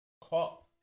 Cop